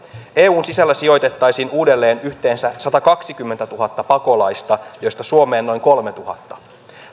eun sisällä sijoitettaisiin uudelleen yhteensä satakaksikymmentätuhatta pakolaista joista suomeen noin kolmanneksituhannenneksi